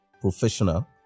professional